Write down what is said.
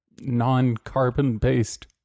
non-carbon-based